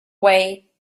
way